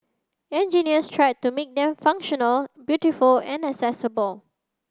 engineers tried to make them functional beautiful and accessible